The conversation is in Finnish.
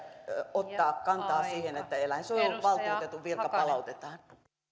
ottaa kantaa siihen että eläinsuojeluvaltuutetun virka palautetaan